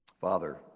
Father